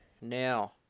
Now